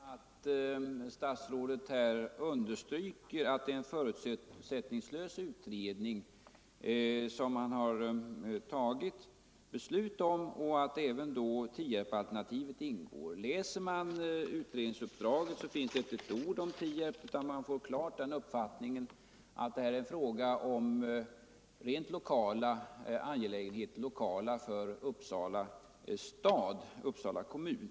Fru talman! Jag konstaterar med tillfredsställelse att statsrådet understryker att det är en förutsättningslös utredning som man har fattat beslut om och att även Tierpsalternativet skall ingå i den. I utredningsuppdraget finns inte ett ord om Tierp utan man får klart den uppfattningen att det är fråga om rent lokala angelägenheter inom Uppsala kommun.